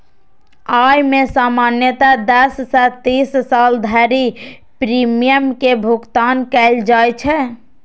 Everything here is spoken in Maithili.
अय मे सामान्यतः दस सं तीस साल धरि प्रीमियम के भुगतान कैल जाइ छै